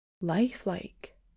lifelike